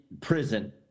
prison